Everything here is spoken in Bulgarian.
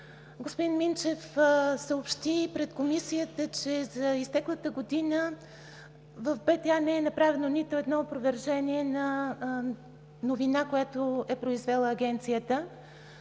Господин Минчев съобщи пред Комисията, че за изтеклата година в БТА не е направено нито едно опровержение на новина, която е произвела Агенцията.